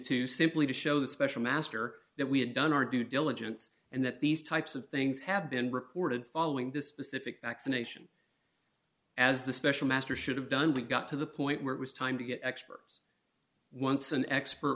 two simply to show that special master that we have done our due diligence and that these types of things have been reported following this specific vaccination as the special master should have done we got to the point where it was time to get experts once an expert